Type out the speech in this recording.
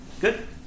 good